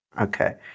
Okay